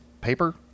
paper